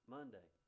Monday